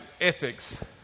ethics